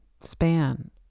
span